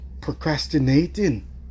procrastinating